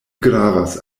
gravas